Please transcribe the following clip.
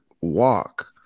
walk